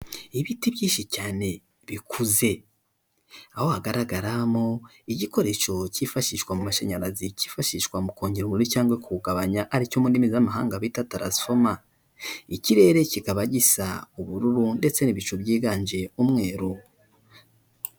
Ibiti byinshi cyane bikuze, aho hagaragaramo igikoresho cyifashishwa mu mashanyarazi cyifashishwa mu kongera umubiri cyangwa kuwugabanya aricyo mu ndimi z'amahanga bita tarafoma ikirere kikaba gisa ubururu ndetse n'ibicu byiganje umweru.